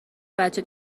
بچه